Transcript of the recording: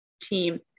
team